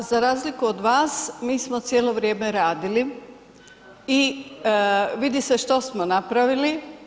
Pa za razliku od vas, mi smo cijelo vrijeme radili i vidi se što smo napravili.